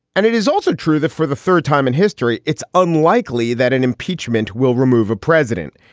and it is also true that for the third time in history, it's unlikely that an impeachment will remove a president.